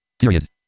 Period